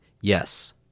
yes